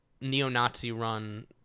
neo-Nazi-run